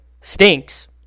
stinks